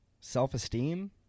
self-esteem